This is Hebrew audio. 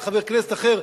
על חבר כנסת אחר,